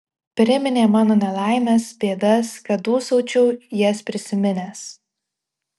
priminė mano nelaimes bėdas kad dūsaučiau jas prisiminęs